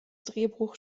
drehbuch